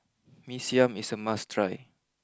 Mee Siam is a must try